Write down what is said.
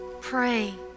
Pray